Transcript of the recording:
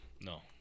No